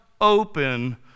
open